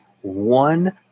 one